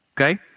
okay